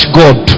god